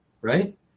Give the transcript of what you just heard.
right